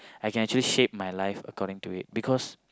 I can actually shape my life according to it because